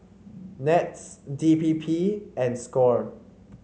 NETS D P P and Score